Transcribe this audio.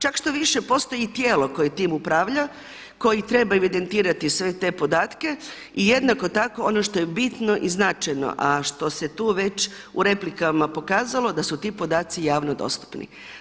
Čak štoviše postoji i tijelo koje tim upravlja koje treba evidentirati sve te podatke i jednako tako ono što je bitno i značajno, a što se tu već u replikama pokazalo, da su ti podaci javno dostupni.